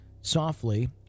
softly